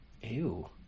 Ew